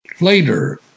Later